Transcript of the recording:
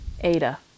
Ada